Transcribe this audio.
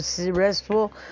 restful